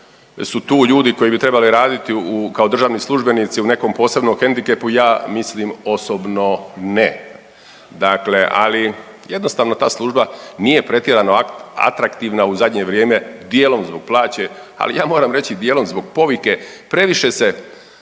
su tu ljudi koji bi trebali raditi kao državni službenici u nekom posebnom hendikepu ja mislim osobno ne. Dakle, ali jednostavno ta služba nije pretjerano atraktivna u zadnje vrijeme dijelom zbog plaće, ali ja moram reći dijelom zbog povike. Previše se